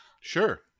Sure